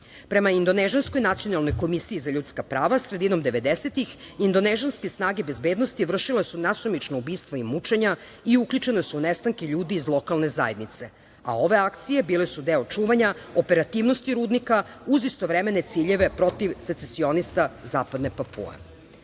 indonežanskoj Nacionalnoj komisiji za ljudska prava sredinom devedesetih indonežanske snage bezbednosti vršile su nasumična ubistva i mučenja i uključena su u nestanke ljudi iz lokalne zajednice, a ove akcije bile su deo čuvanja operativnosti rudnika uz istovremene ciljeve protiv secesionista Zapadne